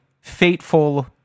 fateful